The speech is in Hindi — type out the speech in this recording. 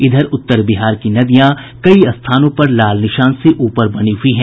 इधर उत्तर बिहार की नदियां कई स्थानों पर खतरे के निशान से ऊपर बनी हुयी हैं